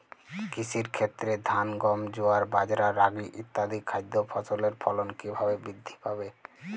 কৃষির ক্ষেত্রে ধান গম জোয়ার বাজরা রাগি ইত্যাদি খাদ্য ফসলের ফলন কীভাবে বৃদ্ধি পাবে?